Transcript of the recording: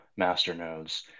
masternodes